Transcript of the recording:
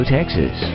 Texas